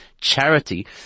charity